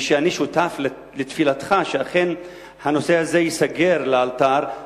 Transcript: ושאני שותף לתפילתך שאכן הנושא הזה ייסגר לאלתר,